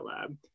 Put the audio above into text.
lab